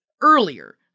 earlier